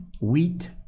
wheat